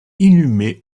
inhumé